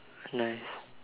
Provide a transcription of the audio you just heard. nice